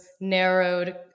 narrowed